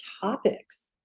topics